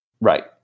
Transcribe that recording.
Right